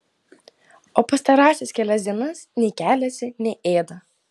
o pastarąsias kelias dienas nei keliasi nei ėda